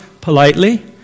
politely